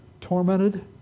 Tormented